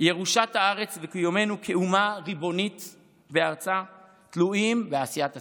ירושת הארץ וקיומנו כאומה ריבונית בארצה תלויים בעשיית הצדק.